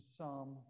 Psalm